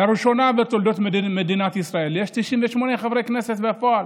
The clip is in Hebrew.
לראשונה בתולדות מדינת ישראל יש 98 חברי כנסת בפועל.